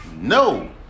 No